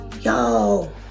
Yo